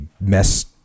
mess